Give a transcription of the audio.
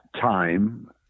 time